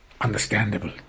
understandable